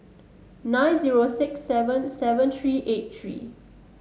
nine zero six seven seven three eight three